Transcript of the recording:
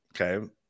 Okay